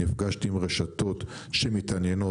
נפגשתי עם רשתות שמתעניינות,